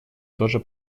тоже